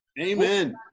Amen